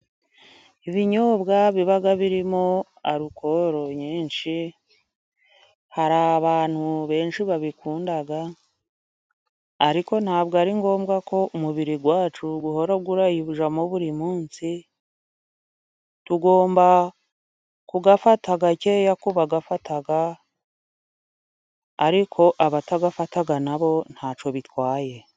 Ibinyobwa biba birimo arukoro nyinshi hari abantu benshi babikunda ariko ntabwo ari ngombwa ko umubiri wacu uhora urayibujyamo buri munsi tugomba kugafata gakeya ku bagafata ariko abatagafata nabo ntacyo bitwaye.